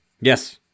Yes